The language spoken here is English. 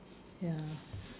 ya